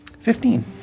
Fifteen